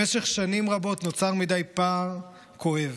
במשך שנים רבות נוצר פער כואב.